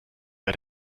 bei